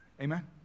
Amen